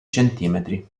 centimetri